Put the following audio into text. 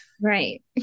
Right